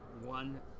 one